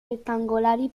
rettangolari